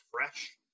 fresh